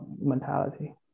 mentality